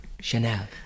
Chanel